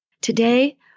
Today